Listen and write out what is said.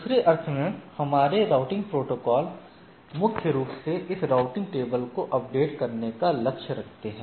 दूसरे अर्थ में हमारे राउटिंग प्रोटोकॉल मुख्य रूप से इस राउटिंग टेबल को अपडेट करने का लक्ष्य रखते हैं